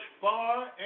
far